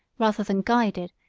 rather than guided,